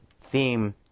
theme